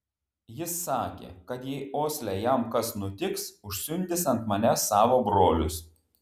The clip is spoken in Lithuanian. jis sakė kad jei osle jam kas nutiks užsiundys ant manęs savo brolius